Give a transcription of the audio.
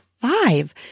five